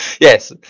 Yes